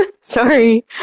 Sorry